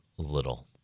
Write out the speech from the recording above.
little